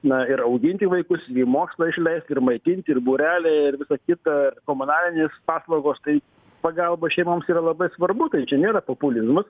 na ir auginti vaikus ir į mokslą išleist ir maitinti ir būreliai ir visa kita komunalinės paslaugos tai pagalba šeimoms yra labai svarbu tai čia nėra populizmas